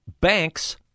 banks